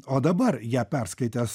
o dabar ją perskaitęs